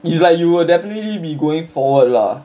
it's like you will definitely be going forward lah